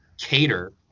cater